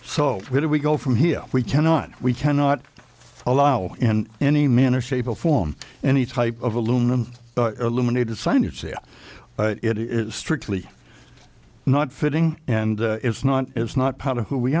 so where do we go from here we cannot we cannot allow in any manner shape or form any type of aluminum illuminated sign you see it is strictly not fitting and it's not it's not part of who we